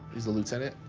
he's a lieutenant,